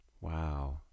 Wow